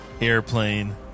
Airplane